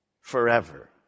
forever